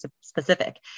specific